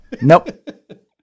Nope